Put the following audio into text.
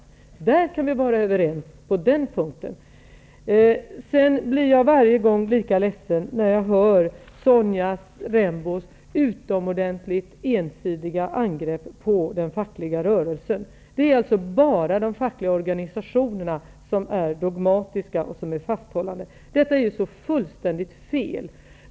På den punkten kan vi vara överens. Jag blir lika ledsen varje gång jag hör Sonja Rembos utomordentligt ensidiga angrepp på den fackliga rörelsen: Det är bara de fackliga organisationerna som är dogmatiska och fasthållande. Detta är ju så fullständigt fel.